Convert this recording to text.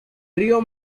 río